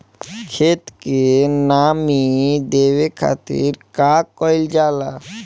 खेत के नामी देवे खातिर का कइल जाला?